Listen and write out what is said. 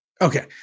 Okay